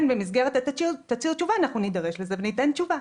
במסגרת תצהיר התשובה נידרש לזה וניתן תשובה.